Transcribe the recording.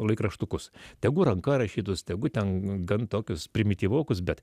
laikraštukus tegu ranka rašytus tegu ten gan tokius primityvokus bet